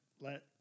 let